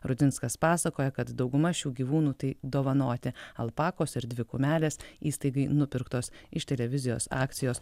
rudzinskas pasakoja kad dauguma šių gyvūnų tai dovanoti alpakos ir dvi kumelės įstaigai nupirktos iš televizijos akcijos